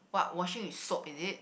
what washing with soap is it